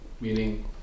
Meaning